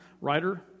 writer